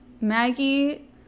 Maggie